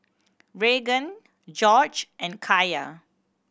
Raegan Gorge and Kaya